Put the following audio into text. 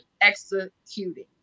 executing